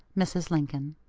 mrs. lincoln.